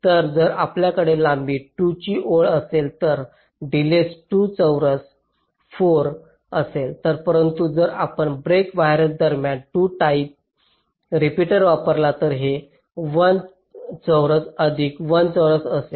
तर जर आपल्याकडे लांबी 2 ची ओळ असेल तर डिलेज 2 चौरस 4 असेल परंतु जर आपण ब्रेक वायर दरम्यान 2 टाईम रिपीटर वापरला तर ते 1 चौरस अधिक 1 चौरस असेल